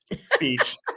speech